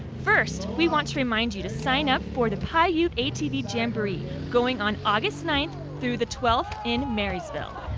first we want to remind you to sign up for the paiute atv jamboree going on august ninth through the twelfth in marysvale.